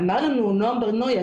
אמר לנו נועם בר-נוי,